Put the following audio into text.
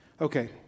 Okay